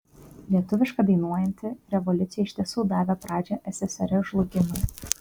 lietuviška dainuojanti revoliucija iš tiesų davė pradžią ssrs žlugimui